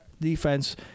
defense